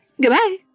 Goodbye